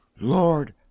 Lord